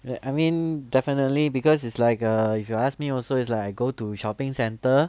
like I mean definitely because it's like err if you ask me also it's like I go to shopping centre